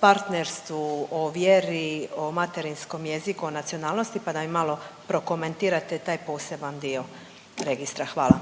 partnerstvu ovjeri, o materinjskom jeziku, o nacionalnosti pa da mi malo prokomentirate taj poseban dio registra. Hvala.